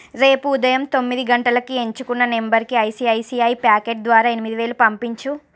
రేపు ఉదయం తొమ్మిది గంటలకి ఎంచుకున్న నంబర్కి ఐసిఐసిఐ పాకెట్ ద్వారా ఎనిమిది వేలు పంపించు